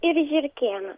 ir žiurkėną